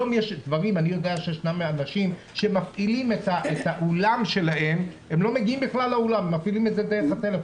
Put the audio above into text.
אני יודע שיש אנשים שמפעילים את האולם שלהם דרך הטלפון,